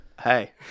hey